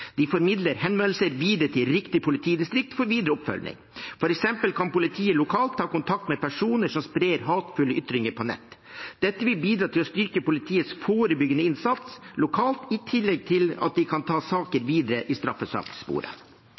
De formidler henvendelser videre til riktig politidistrikt for videre oppfølging. For eksempel kan politiet lokalt ta kontakt med personer som sprer hatefulle ytringer på nett. Dette vil bidra til å styrke politiets forebyggende innsats lokalt, i tillegg til at de kan ta saker videre i straffesakssporet.